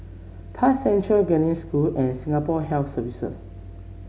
Park Central Genesis School and Singapore Health Services